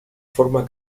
forma